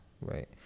right